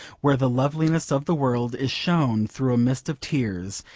where the loveliness of the world is shown through a mist of tears,